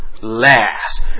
last